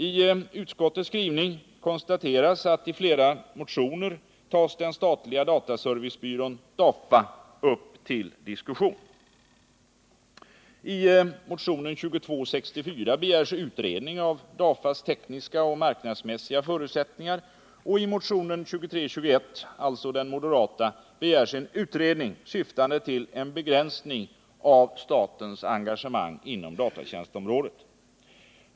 I utskottets skrivning konstateras 17 maj 1979 att i flera motioner tas den statliga dataservicebyrån DAFA upp till diskussion. I motionen 2264 begärs utredning av DAFA:s tekniska och marknadsmässiga förutsättningar och i motionen 2321, alltså den moderata, begärs en utredning syftande till en begränsning av statens engagemang inom datatjänstområdet.